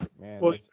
man